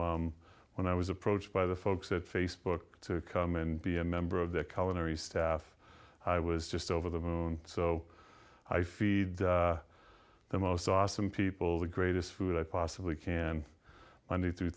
when i was approached by the folks at facebook to come and be a member of their commentary staff i was just over the moon so i feed the most awesome people the greatest food i possibly can under through